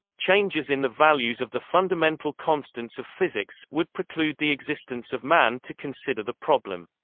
changes in the values of the fundamental constants of physics would preclude the existence of man to consider the problem.